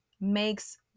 makes